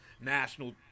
national